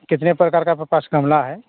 कितने प्रकार का पास गमला है